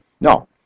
No